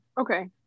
okay